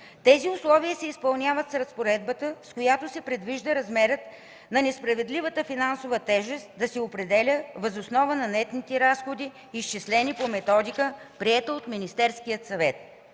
Тези условия се изпълняват с разпоредбата, с която се предвижда размерът на несправедливата финансова тежест да се определя въз основа на нетните разходи, изчислени по методика, приета от Министерския съвет.